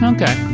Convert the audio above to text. Okay